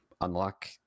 unlock